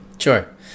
Sure